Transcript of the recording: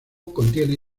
contiene